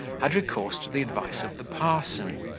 had recourse to the advice of the parson,